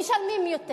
משלמים יותר.